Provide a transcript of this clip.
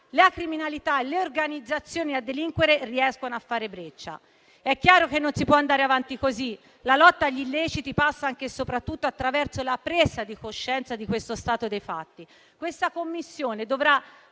la criminalità e le organizzazioni a delinquere riescono a fare breccia. È chiaro che non si può andare avanti così. La lotta agli illeciti passa anche e soprattutto attraverso la presa di coscienza di questo stato dei fatti. Questa Commissione dovrà